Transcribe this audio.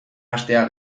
hastea